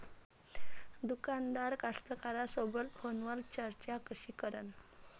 दुकानदार कास्तकाराइसोबत फोनवर चर्चा कशी करन?